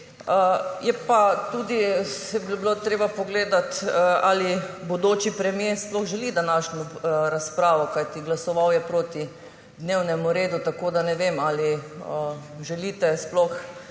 pa treba tudi pogledati, ali bodoči premier sploh želi današnjo razpravo, kajti glasoval je proti dnevnemu redu. Tako da ne vem, ali sploh